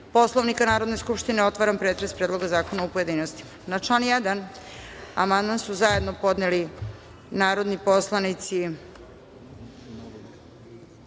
Poslovnika Narodne skupštine, otvaram pretres Predloga zakona u pojedinostima. Na član 1. amandman su zajedno podneli narodni poslanici